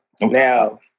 now